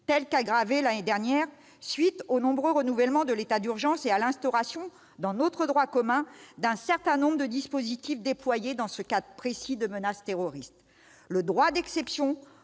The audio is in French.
été aggravée l'année dernière, à la suite des nombreux renouvellements de l'état d'urgence et à l'instauration dans notre droit commun d'un certain nombre de dispositifs déployés dans ce cadre précis de menace terroriste. Le droit d'exception